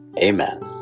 Amen